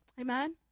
Amen